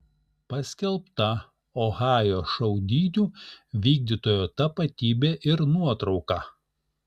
paskelbta ohajo šaudynių vykdytojo tapatybė ir nuotrauka